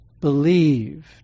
believed